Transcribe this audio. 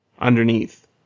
underneath